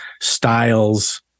styles